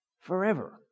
Forever